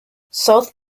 south